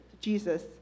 Jesus